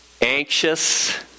anxious